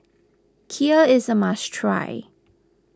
Kheer is a must try